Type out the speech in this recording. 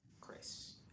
Chris